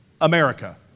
America